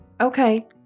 Okay